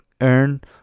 earn